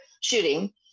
shooting